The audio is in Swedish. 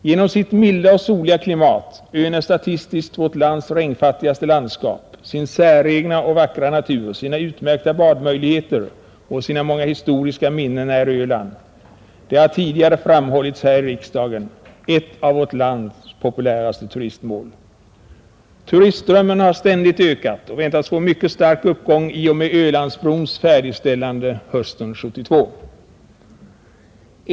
Genom sitt milda och soliga klimat — ön är statistiskt vårt lands regnfattigaste landskap — sin säregna och vackra natur, sina utmärkta badmöjligheter och sina många historiska minnen är Öland, som tidigare har framhållits här i riksdagen, ett av vårt lands populäraste turistmål. Turistströmmen har ständigt ökat och väntas få en mycket stark uppgång i och med Ölandsbrons färdigställande hösten 1972.